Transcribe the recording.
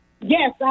Yes